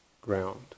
ground